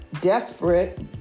desperate